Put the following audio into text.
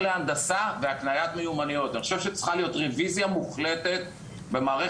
אתרים בארץ מקריית שמונה ותל-חי בצפון ועד רמת בקע,